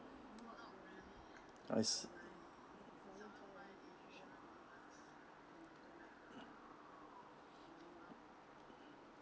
I see